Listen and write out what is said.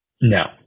No